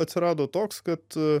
atsirado toks kad